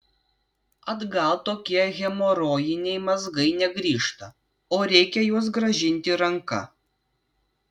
atgal tokie hemorojiniai mazgai negrįžta o reikia juos grąžinti ranka